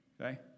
Okay